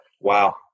Wow